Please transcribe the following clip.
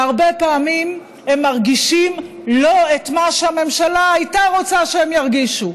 והרבה פעמים הם מרגישים לא את מה שהממשלה הייתה רוצה שהם ירגישו.